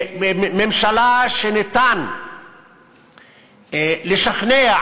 ממשלה שניתן לשכנע,